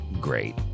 great